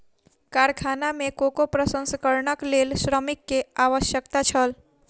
कारखाना में कोको प्रसंस्करणक लेल श्रमिक के आवश्यकता छल